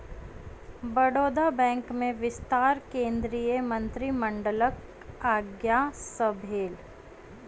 Baroda bank में विस्तार केंद्रीय मंत्रिमंडलक आज्ञा सँ भेल